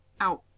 out